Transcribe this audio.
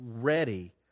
ready